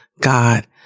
God